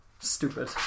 Stupid